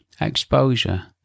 exposure